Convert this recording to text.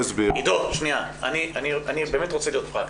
עידו, אני באמת רוצה להיות פרקטי.